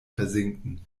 versinken